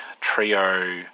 trio